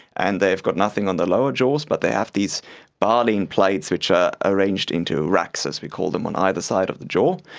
and they've got nothing on the lower jaws but they have these baleen plates which are arranged into racks, as we call them, on either side of the jaw.